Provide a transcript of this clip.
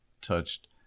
Touched